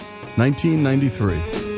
1993